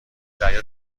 دریا